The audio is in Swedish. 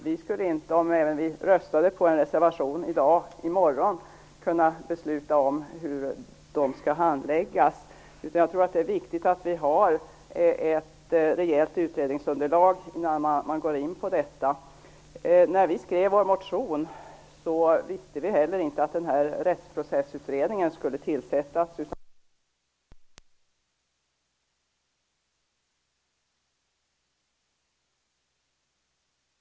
Fru talman! Om vi skulle rösta om en reservation i morgon, skulle vi inte kunna besluta om hur ärendena skall handläggas, utan det är viktigt att ha ett rejält utredningsunderlag. När vi skrev vår motion visste vi inte att Rättsprocessutredningen skulle tillsättas. Den har ju kommit till under ärendets gång. Av den anledningen har vi funnit att denna utredning är en väg att nå fram till en godtagbar bedömning av dessa ärenden.